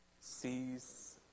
sees